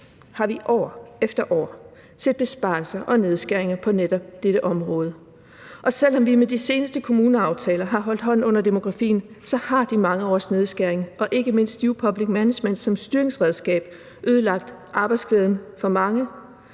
har vi år efter år set besparelser og nedskæringer på netop dette område, og selv om vi med de seneste kommuneaftaler har holdt hånden under demografien, har de mange års nedskæringer og ikke mindst new public management som styringsredskab ødelagt arbejdsglæden for mange